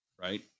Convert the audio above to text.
Right